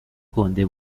گنده